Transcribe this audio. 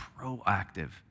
proactive